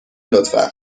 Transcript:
لطفا